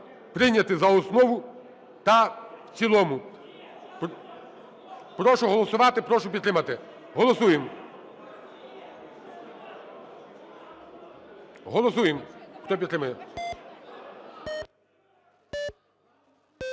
прийняти за основу та в цілому. Прошу голосувати, прошу підтримати. Голосуємо. Голосуємо, хто підтримує.